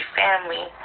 family